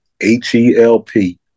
H-E-L-P